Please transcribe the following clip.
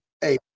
Hey